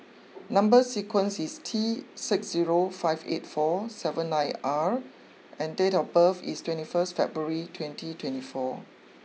number sequence is T six zero five eight four seven nine R and date of birth is twenty first February twenty twenty four